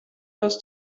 als